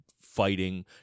fighting